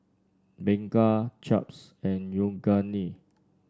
Bengay Chaps and Yoogane